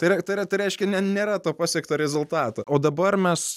tai yra tai yra tai reiškia ne nėra to pasiekto rezultato o dabar mes